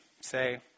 say